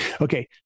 okay